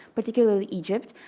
particularly egypt,